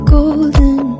Golden